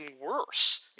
worse